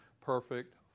perfect